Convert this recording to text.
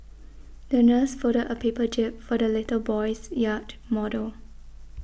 the nurse folded a paper jib for the little boy's yacht model